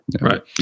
Right